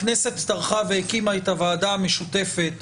הכנסת טרחה והקימה את הוועדה המשותפת